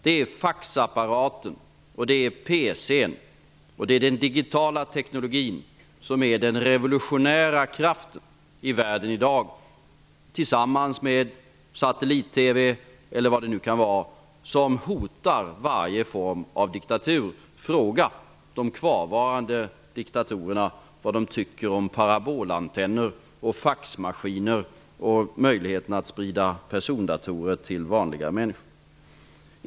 Det är faxapparater, persondatorer och den digitala informationsteknologin tillsammans med satellit-TV och vad det nu kan vara, som är den revolutionära kraften i världen i dag som hotar varje form av diktatur. Fråga de kvarvarande diktatorerna vad de tycker om parabolantenner och faxmaskiner och möjligheten att sprida persondatorer till vanliga människor.